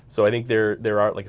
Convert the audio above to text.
so i think there there are, like